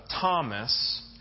Thomas